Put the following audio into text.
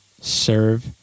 Serve